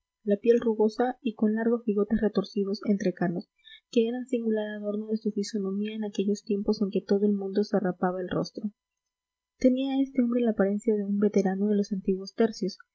la piel rugosa y con largos bigotes retorcidos entrecanos que eran singular adorno de su fisonomía en aquellos tiempos en que todo el mundo se rapaba el rostro tenía este hombre la apariencia de un veterano de los antiguos tercios